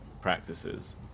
practices